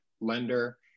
lender